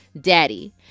daddy